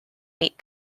meat